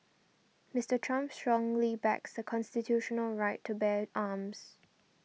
Mister Trump strongly backs the constitutional right to bear arms